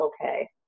okay